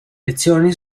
lezioni